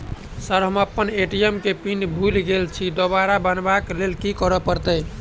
Sir हम अप्पन ATM केँ पिन भूल गेल छी दोबारा बनाब लैल की करऽ परतै?